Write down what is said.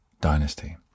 Dynasty